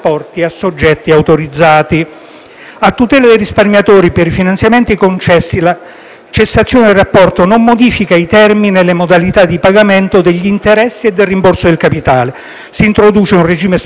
A tutela dei risparmiatori, per i finanziamenti concessi la cessazione del rapporto non modifica i termini e le modalità di pagamento degli interessi e del rimborso del capitale. Si introduce un regime speciale per la gestione dei contratti derivati